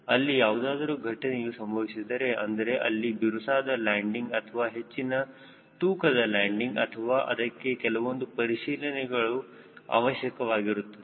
ಅಲ್ಲಿ ಯಾವುದಾದರೂ ಘಟನೆಯು ಸಂಭವಿಸಿದರೆ ಅಂದರೆ ಅಲ್ಲಿ ಬಿರುಸಾದ ಲ್ಯಾಂಡಿಂಗ್ ಅಥವಾ ಹೆಚ್ಚಿನ ತೂಕದ ಲ್ಯಾಂಡಿಂಗ್ ಆದರೆ ಅದಕ್ಕೆ ಕೆಲವೊಂದು ಪರಿಶೀಲನೆಗಳು ಅವಶ್ಯಕವಾಗಿರುತ್ತದೆ